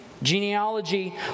Genealogy